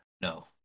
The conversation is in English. No